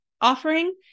offering